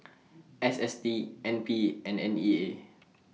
S S T N P and N E A